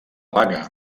baga